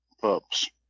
pups